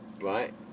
right